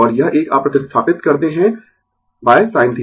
और यह एक आप प्रतिस्थापित करते है sin θ